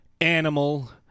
Animal